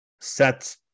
set